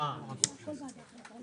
האופוזיציה לא מסכימה.